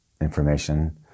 information